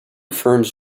firms